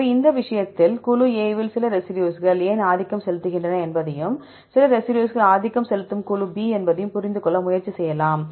எனவே இந்த விஷயத்தில் குழு A இல் சில ரெசிடியூஸ்கள் ஏன் ஆதிக்கம் செலுத்துகின்றன என்பதையும் சில ரெசிடியூஸ்கள் ஆதிக்கம் செலுத்தும் குழு B என்பதையும் புரிந்து கொள்ள முயற்சி செய்யலாம்